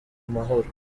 mahoro